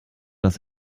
das